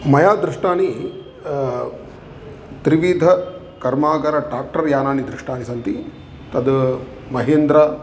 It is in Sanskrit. मया दृष्टानि त्रिविध कर्माकर टाक्टर् यानानि दृष्टानि सन्ति तत् महेन्द्र